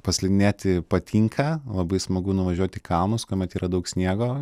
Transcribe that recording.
paslidinėti patinka labai smagu nuvažiuot į kalnus kuomet yra daug sniego